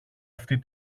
αυτή